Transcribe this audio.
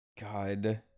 God